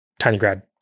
TinyGrad